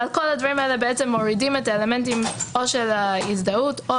כל הדברים האלה מורידים את האלמנטים או של ההזדהות או